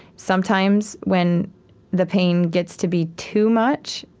sometimes, when the pain gets to be too much,